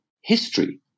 history